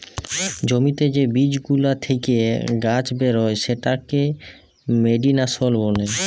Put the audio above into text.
জ্যমিতে যে বীজ গুলা থেক্যে গাছ বেরয় সেটাকে জেমিনাসল ব্যলে